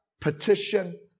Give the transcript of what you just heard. petition